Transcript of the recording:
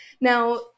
Now